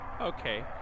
Okay